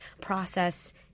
process